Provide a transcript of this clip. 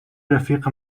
رفیق